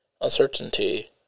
Uncertainty